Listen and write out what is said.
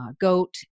goat